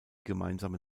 gemeinsame